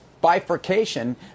bifurcation